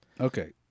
Okay